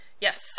Yes